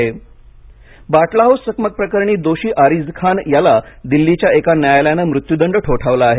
बाटला House Batla House चकमक प्रकरणी दोषी आरिज खान याला दिल्लीच्या एका न्यायालयानं मृत्यूदंड ठोठावला आहे